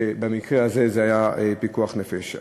ובמקרה הזה זה היה פיקוח נפש.